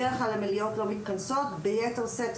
בדרך כלל, המליאות לא מתכנסות.